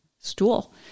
stool